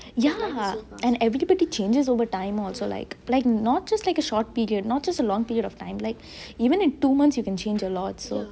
ya and everybody changes over time also like like not just like a short period not just a long period of time like even in two months you can just a lot so